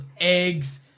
eggs